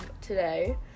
today